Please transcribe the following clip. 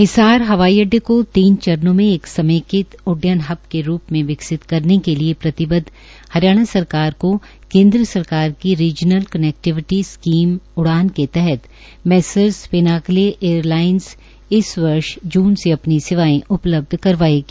हिसार हवाई अड्डे को तीन चरणों में एक समेकित उड्डायन हब के रूप में विकसित करने के लिए प्रतिबद्घ हरियाणा सरकार को केंद्र सरकार की रीजनल कनेक्टिविटी स्कीम उड़ान के तहत मैसर्ज पिनाकले एयरलाइंस इस वर्ष से अपनी सेवाएं उपलब्ध करवाएगी